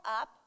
up